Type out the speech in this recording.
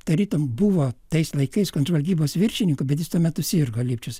tarytum buvo tais laikais kontržvalgybos viršininku bet jis tuo metu sirgo lipčius